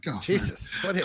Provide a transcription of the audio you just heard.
Jesus